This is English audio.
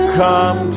come